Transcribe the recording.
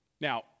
Now